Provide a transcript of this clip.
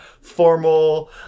formal